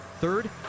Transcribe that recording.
Third